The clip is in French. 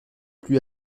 plus